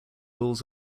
rules